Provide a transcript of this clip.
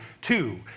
two